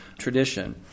Tradition